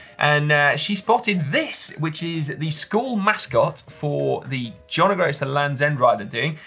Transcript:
and she spotted this, which is the school mascot for the john o'groats and land's end ride, indeed,